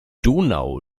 donau